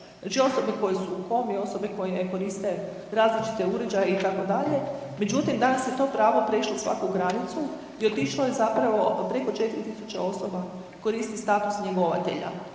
Znači osobe koje su u komi, osobe koje ne koriste različite uređaje itd., međutim danas je to pravo prešlo svaku granicu i otišlo je zapravo preko 4.000 osoba koristi status njegovatelja.